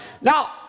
Now